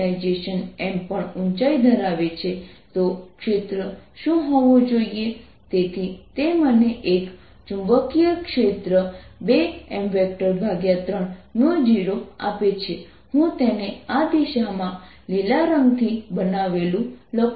ds charged enclosed0 તેથી અને surface element પણ તે જ દિશામાં છે જે R છે